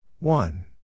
One